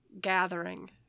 gathering